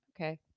Okay